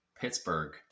Pittsburgh